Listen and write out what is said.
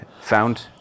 found